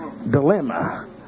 Dilemma